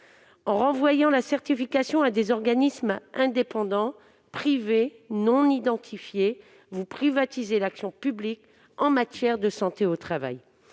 En renvoyant la certification à des organismes indépendants privés non identifiés, vous privatisez l'action publique en matière de santé au travail.